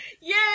Yay